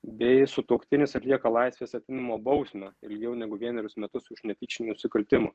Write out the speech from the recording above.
bei sutuoktinis atlieka laisvės atėmimo bausmę ilgiau negu vienerius metus už netyčinį nusikaltimą